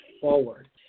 forward